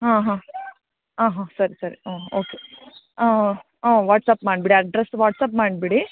ಹಾಂ ಹಾಂ ಹಾಂ ಹಾಂ ಸರಿ ಸರಿ ಹ್ಞೂ ಓಕೆ ವಾಟ್ಸ್ಆ್ಯಪ್ ಮಾಡಿಬಿಡಿ ಅಡ್ರೆಸ್ಸ್ ವಾಟ್ಸ್ಆ್ಯಪ್ ಮಾಡಿಬಿಡಿ